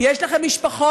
יש לכם משפחות.